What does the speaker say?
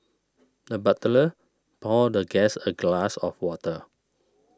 the butler poured the guest a glass of water